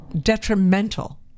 detrimental